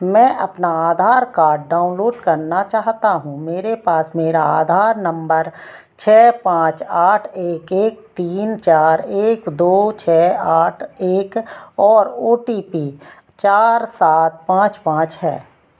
मैं अपना Aadhaar card download करना चाहता हूँ मेरे पास मेरा आधार नम्बर छः पाँच आठ एक एक तीन चार एक दो छः आठ एक और ओ टी पी चार सात पाँच पाँच है